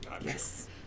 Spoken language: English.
Yes